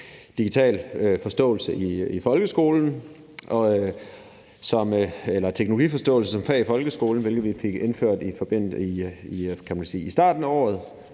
digital forståelse eller teknologiforståelse som fag i folkeskolen, hvilket vi fik indført i starten af året.